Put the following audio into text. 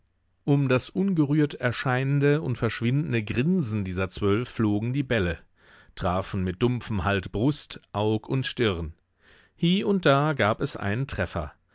um das ungerührt erscheinende und verschwindende grinsen dieser zwölf flogen die bälle trafen mit dumpfem halt brust aug und stirn hie und da gab es einen treffer